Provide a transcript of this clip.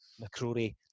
McCrory